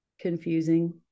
confusing